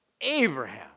Abraham